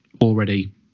already